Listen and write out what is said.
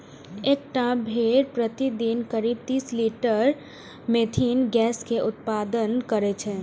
एकटा भेड़ प्रतिदिन करीब तीस लीटर मिथेन गैस के उत्पादन करै छै